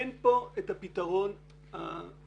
אין כאן את הפתרון הסופי.